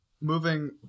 moving